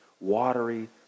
watery